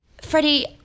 Freddie